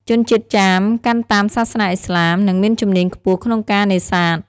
ជនជាតិចាមកាន់តាមសាសនាអ៊ីស្លាម និងមានជំនាញខ្ពស់ក្នុងការនេសាទ។